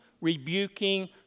rebuking